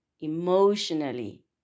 emotionally